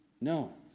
No